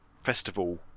festival